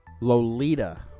Lolita